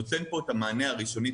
זה נותן פה את המענה הראשוני,